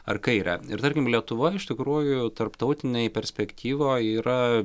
ar kairę ir tarkim lietuva iš tikrųjų tarptautinėj perspektyvoj yra